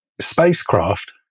spacecraft